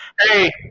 Hey